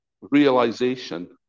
Realization